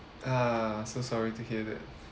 ah so sorry to hear that